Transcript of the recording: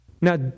Now